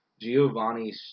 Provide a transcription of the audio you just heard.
Giovanni